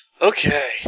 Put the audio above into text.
Okay